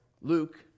Luke